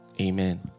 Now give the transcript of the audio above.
Amen